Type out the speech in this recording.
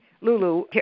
Lulu